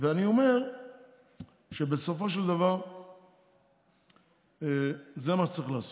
ואני אומר שבסופו של דבר זה מה שצריך לעשות,